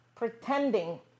pretending